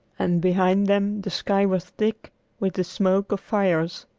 and behind them the sky was thick with the smoke of fires.